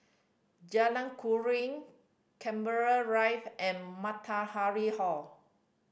Jalan Keruing Canberra Rive and Matahari Hall